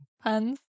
puns